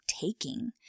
taking